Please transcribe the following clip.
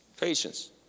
Patience